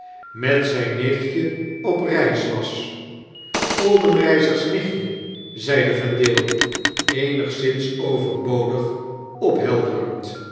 met zijn nichtje op reis was obenreizer's nichtje zeide vendale eenigszins overbodig ophelderend